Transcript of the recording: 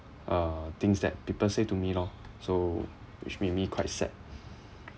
uh things that people say to me lor so which made me quite sad